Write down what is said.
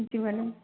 जी madam